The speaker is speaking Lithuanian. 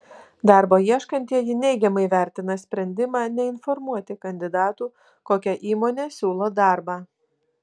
darbo ieškantieji neigiamai vertina sprendimą neinformuoti kandidatų kokia įmonė siūlo darbą